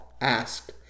asked